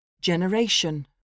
Generation